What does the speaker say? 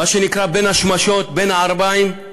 מה שנקרא בין השמשות, בין הערביים,